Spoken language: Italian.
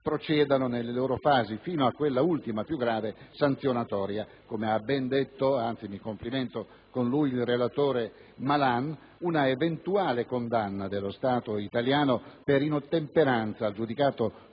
procedano nelle loro fasi, fino a quella ultima, più grave, sanzionatoria. Come ha ben detto - anzi, mi complimento con lui - il relatore Malan, un'eventuale condanna dello Stato italiano per inottemperanza al giudicato